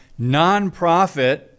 nonprofit